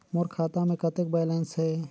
मोर खाता मे कतेक बैलेंस हे?